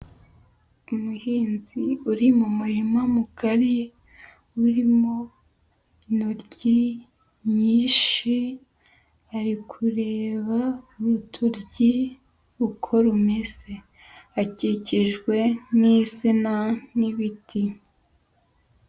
Umuhinzi uri mu murima mugari, urimo intoryi nyinshi, ari kureba urutoryi uko rumeze, akikijwe n'insina n'ibiti.